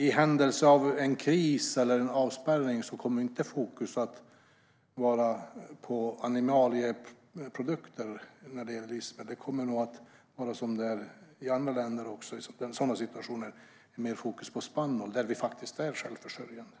I händelse av kris eller avspärrning kommer fokus när det gäller livsmedel inte att vara på animalieprodukter. Liksom i andra länder kommer det nog i sådana situationer att vara mer fokus på spannmål, där vi är självförsörjande.